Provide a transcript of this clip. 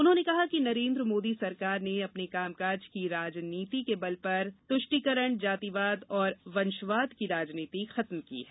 उन्होंने कहा कि नरेन्द्र मोदी सरकार ने अपने कामकाज की राजनीति के बल पर तुष्टिकरण जातिवाद और वंशवाद की राजनीति खत्म की है